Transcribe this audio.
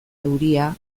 euria